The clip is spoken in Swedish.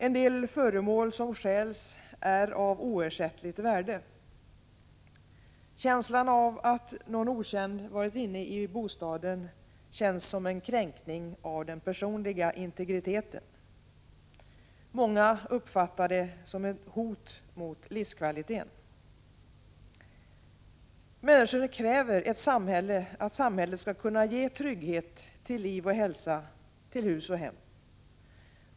En del föremål som stjäls är av oersättligt värde. Känslan av att någon okänd varit inne i bostaden är som en kränkning av den personliga integriteten. Många uppfattar det som ett hot mot livskvaliteten. Människorna kräver att samhället skall kunna ge trygghet till liv och hälsa, till hus och hem.